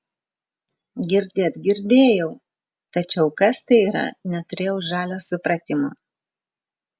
girdėt girdėjau tačiau kas tai yra neturėjau žalio supratimo